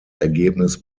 ergebnis